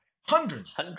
Hundreds